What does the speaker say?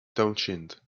townshend